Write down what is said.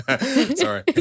Sorry